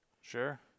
Sure